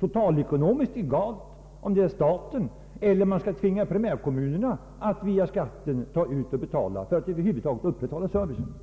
totalekonomiskt egalt, om staten skall lämna bidrag för ändamålet eller om primärkommunerna skall tvingas att via skatten betala kostnaderna för att över huvud taget upprätthålla den service det här gäller.